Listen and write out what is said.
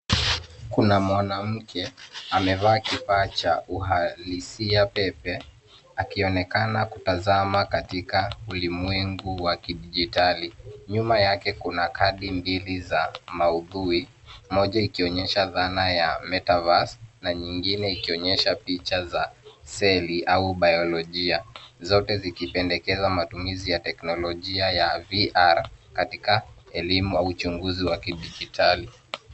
Kuna mwanamke, amevaa kifaa cha uhalisia pepe akionekana kutazama katika ulimwengu wa kidijitali. Nyuma yake kuna kadi mbili za maudhui, moja ikionyesha dhana ya MetaVerse na nyingine ikionyesha picha za seli au Biology , zote zikipendekeza matumizi ya teknolojia ya VR katika elimu au uchunguzi wa kidijitali.